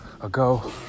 ago